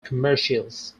commercials